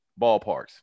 ballparks